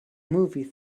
movie